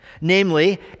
Namely